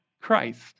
Christ